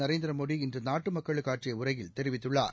நரேந்திர மோடி இன்று நாட்டு மக்களுக்கு ஆற்றிய உரையில் தெரிவித்துள்ளார்